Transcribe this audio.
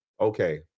okay